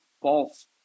false